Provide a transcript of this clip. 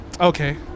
okay